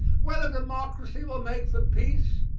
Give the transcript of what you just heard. whether democracy will make for peace,